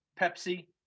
Pepsi